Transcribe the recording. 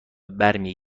برمی